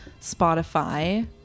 Spotify